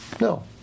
no